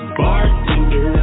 bartender